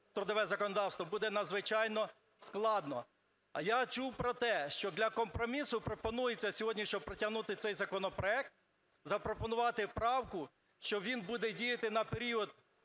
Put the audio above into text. трудове законодавство буде надзвичайно складно. А я чув про те, що для компромісу пропонується сьогодні, щоб протягнути цей законопроект запропонувати правку, що він буде діяти на період